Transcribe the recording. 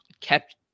kept